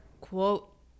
quote